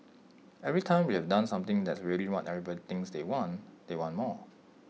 every time we have done something that's really what everybody thinks they want they want more